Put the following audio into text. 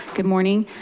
good morning.